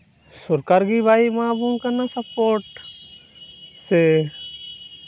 ᱥᱚᱨᱠᱟᱨ ᱜᱮ ᱵᱟᱭ ᱮᱢᱟᱵᱚᱱ ᱠᱟᱱᱟ ᱥᱟᱯᱳᱴ ᱥᱮ